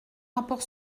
rapport